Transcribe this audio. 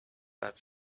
that